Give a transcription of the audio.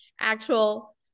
actual